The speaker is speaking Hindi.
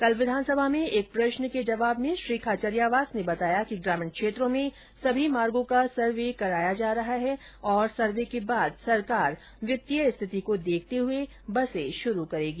कल विधानसभा मे एक प्रश्न के जवाब में श्री खाचरियावास ने बताया कि ग्रामीण क्षेत्रों में सभी मार्गो का सर्वे कराया जा रहा है और सर्वे के बाद सरकार वित्तीय स्थिति देखते हुए बसे शुरू करेगी